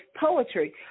poetry